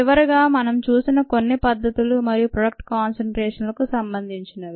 చివరగా మనం చూసిన కొన్ని పద్ధతులు మరియు ప్రొడక్ట్ కాన్సెన్ట్రేషన్ లకు సంబంధించినవి